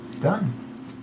done